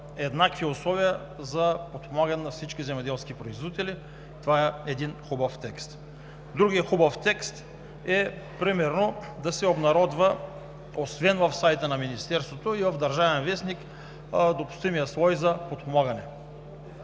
еднакви условия за подпомагане на всички земеделски производители. Това е хубав текст. Другият хубав текст е примерно да се обнародва освен в сайта на Министерството и в „Държавен вестник“ допустимият слой за подпомагане.